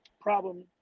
problem